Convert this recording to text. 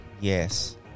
Yes